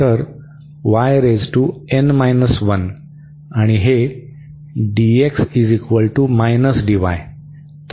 तर आणि हे dx dy